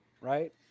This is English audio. right